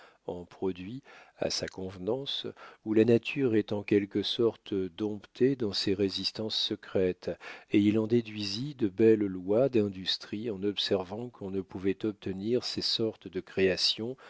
en produits à sa convenance où la nature est en quelque sorte domptée dans ses résistances secrètes et il en déduisit de belles lois d'industrie en observant qu'on ne pouvait obtenir ces sortes de créations